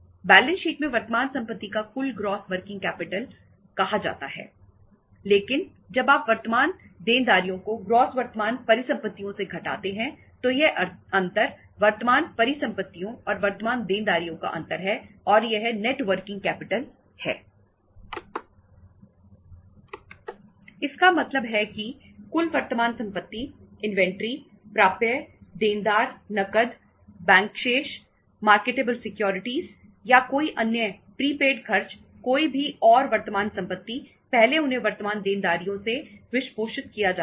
balance sheet में वर्तमान संपत्ति का कुल ग्रॉस वर्किंग कैपिटल खर्च कोई भी और वर्तमान संपत्ति पहले उन्हें वर्तमान देनदारियों से वित्तपोषित किया जाता है